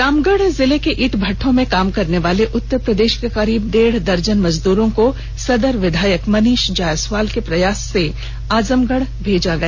रामगढ़ जिला के ईट भट्टों में काम करने वाले उत्तर प्रदेश के करीब डेढ़ दर्जन मजदूरों को सदर विधायक मनीष जायसवाल के प्रयास से आजमगढ़ भेजा गया